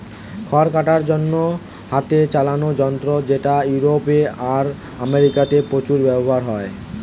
খড় কাটার জন্যে হাতে চালানা যন্ত্র যেটা ইউরোপে আর আমেরিকাতে প্রচুর ব্যাভার হয়